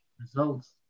results